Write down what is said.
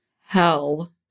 hell